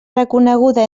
reconeguda